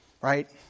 Right